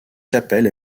chapelle